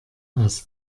aus